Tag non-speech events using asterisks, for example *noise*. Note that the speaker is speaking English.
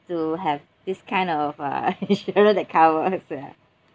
to have this kind of uh insurance *laughs* that covers uh